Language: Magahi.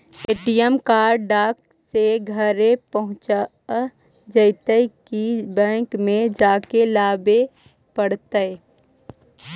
ए.टी.एम कार्ड डाक से घरे पहुँच जईतै कि बैंक में जाके लाबे पड़तै?